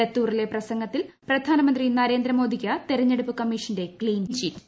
ലത്തൂറിലെ പ്രസംഗത്തിൽ പ്രധാനമന്ത്രി നരേന്ദ്ര മോദിക്ക് തെരഞ്ഞെടുപ്പ് കമ്മീഷന്റെ ക്സീൻ ചീറ്റ്